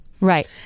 Right